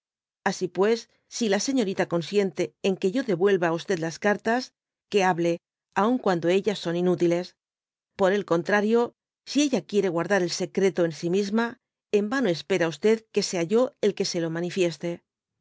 asi pues f si la señorita consiente en que yo devuelva á las cartas que hable aun cuando ellas son inútiles por el contrario si ella quiere guardar el secreto en si misma en vano espera que sea yo el que se lo manifieste